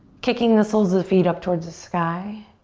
kicking the soles of the feet up towards the sky.